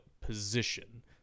position